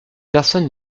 personne